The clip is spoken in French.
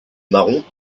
marrons